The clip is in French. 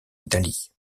italie